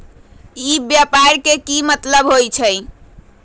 ई व्यापार के की मतलब होई छई?